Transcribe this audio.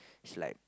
it's like